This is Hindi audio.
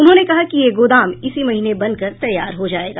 उन्होंने कहा कि यह गोदाम इसी महीने बनकर तैयार हो जायेगा